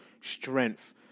strength